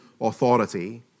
authority